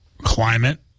climate